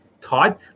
Todd